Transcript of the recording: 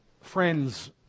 Friends